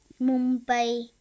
Mumbai